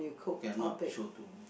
okay I'm not sure too